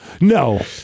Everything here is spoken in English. No